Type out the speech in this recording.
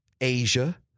Asia